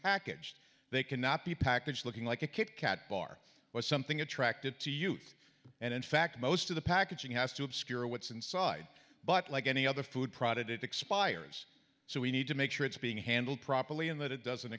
packaged they cannot be packaged looking like a kit kat bar or something attracted to youth and in fact most of the packaging has to obscure what's inside but like any other food product it expires so we need to make sure it's being handled properly and that it doesn't